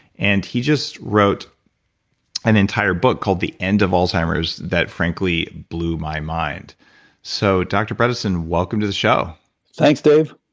and he just wrote an entire booked called the end of alzheimer's, that frankly blew my mind so dr. bredesen, welcome to the show thanks dave,